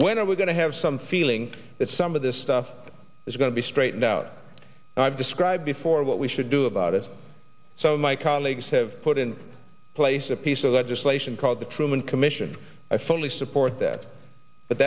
when are we going to have some feeling that some of this stuff is going to be straightened out i've described before what we should do about it some of my colleagues have put in place a piece of legislation called the truman commission i fully support that but